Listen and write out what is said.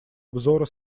обзора